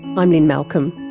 i'm lynne malcolm.